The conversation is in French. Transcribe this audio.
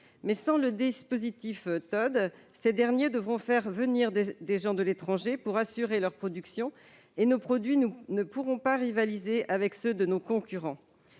Mais, sans le dispositif TO-DE, ces derniers devront faire appel à des travailleurs de l'étranger pour assurer leur production et les produits français ne pourront pas rivaliser avec ceux de nos concurrents.